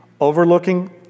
overlooking